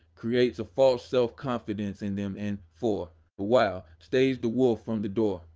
creates a false self confidence in them and, for awhile, stays the wolf from the door.